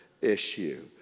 issue